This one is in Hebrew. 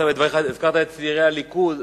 בדבריך הזכרת את צעירי הליכוד.